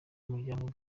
umuryango